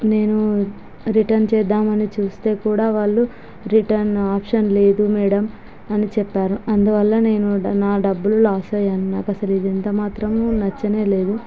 నేనూ రిటర్న్ చేద్దామని చూస్తే కూడా వాళ్ళు రిటర్న్ ఆప్షన్ లేదు మేడం అని చెప్పారు అందువల్ల నేనూ నా డబ్బులు లాస్ అయ్యాను నాకస్సలు ఇది ఎంతమాత్రమూ నచ్చలేదు